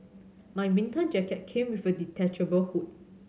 my winter jacket came with a detachable hood